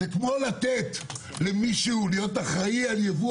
זה כמו לתת למישהו להיות אחראי על ייבוא